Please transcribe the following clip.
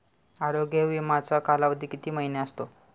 आरोग्य विमाचा कालावधी किती महिने असतो?